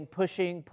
pushing